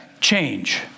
change